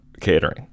catering